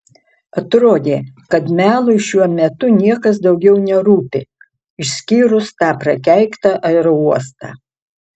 atrodė kad melui šiuo metu niekas daugiau nerūpi išskyrus tą prakeiktą aerouostą